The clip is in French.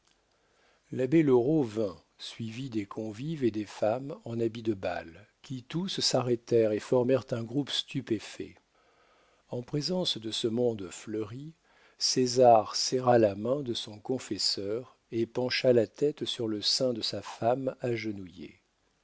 loraux vint suivi des convives et des femmes en habit de bal qui tous s'arrêtèrent et formèrent un groupe stupéfait en présence de ce monde fleuri césar serra la main de son confesseur et pencha la tête sur le sein de sa femme agenouillée